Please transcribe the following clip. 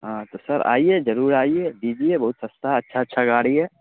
ہاں تو سر آئیے ضرور آئیے دیجیے بہت سستا ہے اچھا اچھا گاڑی ہے